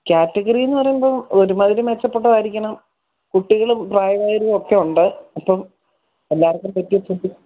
category എന്നു പറയുമ്പം ഒരുമാതിരി മെച്ചപ്പെട്ടതായിരിക്കണം കുട്ടികളും പ്രായമായവരുമൊക്കെ ഉണ്ട് ഇപ്പം എല്ലാവർക്കും പറ്റിയ ഫുഡ്